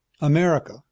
America